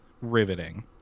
riveting